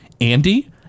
Andy